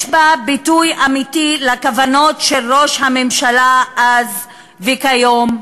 יש בה ביטוי אמיתי לכוונות של ראש הממשלה אז וכיום,